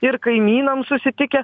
ir kaimynam susitikę